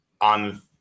on